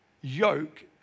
yoke